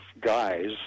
guys